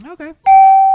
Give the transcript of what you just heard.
Okay